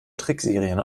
tricksereien